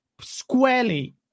squarely